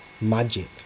magic